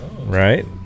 Right